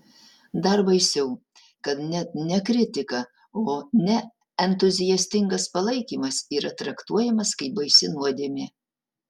dar baisiau kad net ne kritika o neentuziastingas palaikymas yra traktuojamas kaip baisi nuodėmė